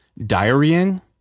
diarying